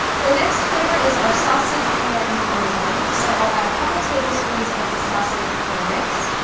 the next flavor is our sausage, kale, and parmesan, so i'll add a couple tablespoons of the sausage, kale mix,